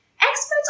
Experts